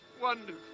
wonderful